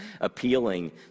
appealing